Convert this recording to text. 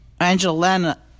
Angelina